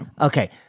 Okay